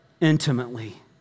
intimately